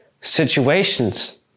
situations